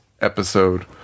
episode